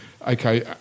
okay